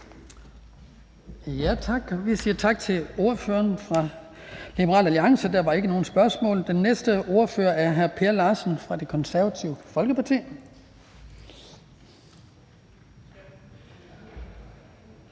Tak. Vi siger tak til ordføreren for Liberal Alliance. Der er ikke nogen spørgsmål. Den næste ordfører er hr. Per Larsen fra Det Konservative Folkeparti.